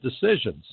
decisions